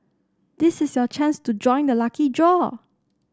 this is your chance to join the lucky draw